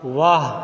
वाह